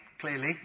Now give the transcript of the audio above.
clearly